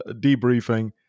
debriefing